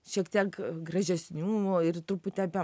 šiek tiek gražesnių ir truputį apie